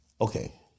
Okay